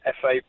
FA